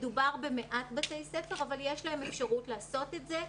מדובר במעט בתי בפר אבל יש להם אפשרות לעשות את זה.